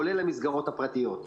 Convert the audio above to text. כולל המסגרות הפרטיות.